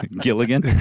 Gilligan